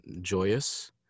joyous